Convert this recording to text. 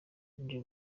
nje